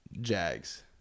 Jags